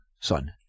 son